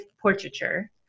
portraiture